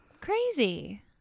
Crazy